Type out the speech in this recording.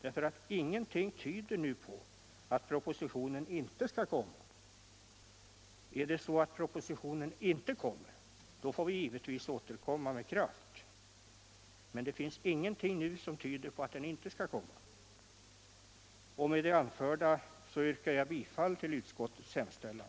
Är det så att propositionen inte kommer, får vi givetvis återkomma med krav. Men det finns ingenting som nu tyder på att den inte skall komma. Med det anförda yrkar jag bifall till utskottets hemställan.